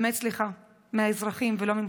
באמת סליחה, מהאזרחים ולא ממך.